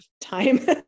time